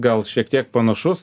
gal šiek tiek panašus